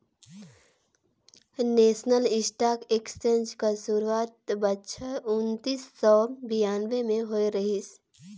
national stock exchange कर सुरवात बछर उन्नीस सव बियानबें में होए रहिस